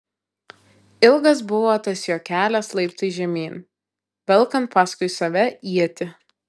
ilgas buvo tas jo kelias laiptais žemyn velkant paskui save ietį